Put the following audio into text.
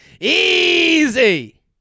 easy